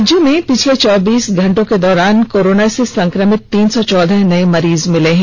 राज्य में पिछले चौबीस घंटे के दौरान कोरोना से संक्रमित तीन सौ चौदह नए मरीज मिले हैं